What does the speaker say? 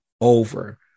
over